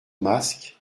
masque